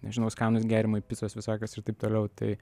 nežinau skanūs gėrimai picos visokios ir taip toliau tai